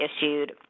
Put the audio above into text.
issued